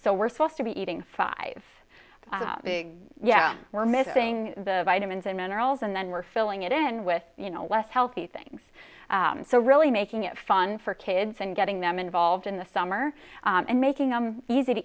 so we're supposed to be eating five big yeah we're missing the vitamins and minerals and then we're filling it in with you know less healthy things so really making it fun for kids and getting them involved in the summer and making em easy to